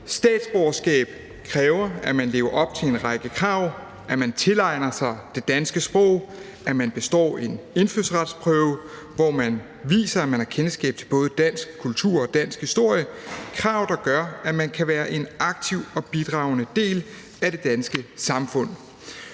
Statsborgerskab kræver, at man lever op til en række krav, at man tilegner sig det danske sprog, at man består en indfødsretsprøve, hvor man viser, at man har kendskab til både dansk kultur og dansk historie – krav, der gør, at man kan være en aktiv og bidragende del af det danske samfund.